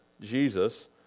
Jesus